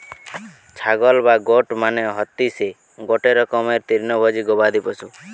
ছাগল বা গোট মানে হতিসে গটে রকমের তৃণভোজী গবাদি পশু